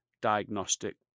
diagnostic